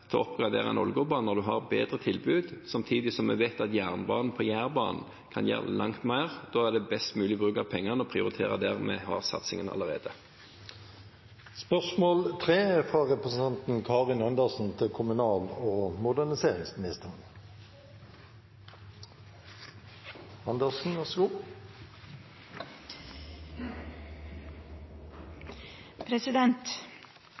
til å oppgradere Ålgårdbanen når en har bedre tilbud, samtidig som vi vet at jernbanen på Jærbanen kan gjøre langt mer. Da er det best mulig bruk av pengene å prioritere der vi har satsingene allerede. «Regjeringen har bestemt at nytt regjeringskvartal skal huse mange departement. Det legger uønskede begrensninger på areal til ansattes arbeidsmiljø og